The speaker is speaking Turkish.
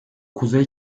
kuzey